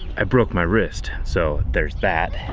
i broke my wrist. so. there's that.